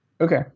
Okay